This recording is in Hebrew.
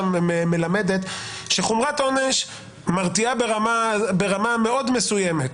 מלמדת שחומרת עונש מרתיעה ברמה מאוד מסוימת.